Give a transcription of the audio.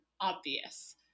obvious